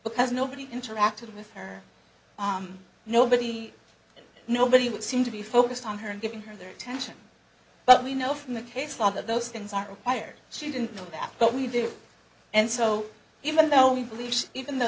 because nobody interacted with her nobody nobody seemed to be focused on her and giving her their attention but we know from the case law that those things are required she didn't know that but we did and so even though we believed even though